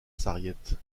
sarriette